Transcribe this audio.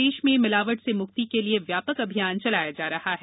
प्रदेश में मिलावट से मुक्ति के लिए व्यापक अभियान चलाया जाा रहा है